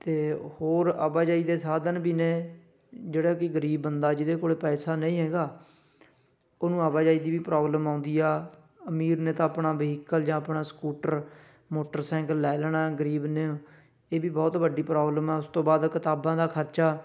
ਅਤੇ ਹੋਰ ਆਵਾਜਾਈ ਦੇ ਸਾਧਨ ਵੀ ਨੇ ਜਿਹੜਾ ਕਿ ਗਰੀਬ ਬੰਦਾ ਜਿਹਦੇ ਕੋਲ ਪੈਸਾ ਨਹੀਂ ਹੈਗਾ ਉਹਨੂੰ ਆਵਾਜਾਈ ਦੀ ਵੀ ਪ੍ਰੋਬਲਮ ਆਉਂਦੀ ਆ ਅਮੀਰ ਨੇ ਤਾਂ ਆਪਣਾ ਵਹੀਕਲ ਜਾਂ ਆਪਣਾ ਸਕੂਟਰ ਮੋਟਰਸਾਈਕਲ ਲੈ ਲੈਣਾ ਗਰੀਬ ਨੇ ਇਹ ਵੀ ਬਹੁਤ ਵੱਡੀ ਪ੍ਰੋਬਲਮ ਆ ਉਸ ਤੋਂ ਬਾਅਦ ਕਿਤਾਬਾਂ ਦਾ ਖਰਚਾ